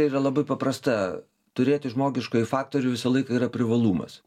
yra labai paprasta turėti žmogiškąjį faktorių visą laiką yra privalumas